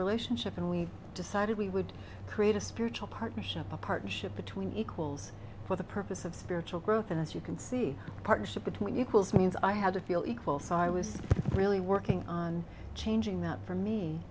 relationship and we decided we would create a spiritual partnership a partnership between equals for the purpose of spiritual growth and as you can see partnership between you calls means i had to feel equal so i was really working on changing that for me